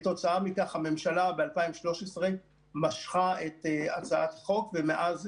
כתוצאה מכך הממשלה ב-2013 משכה את הצעת החוק ומאז,